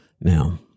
Now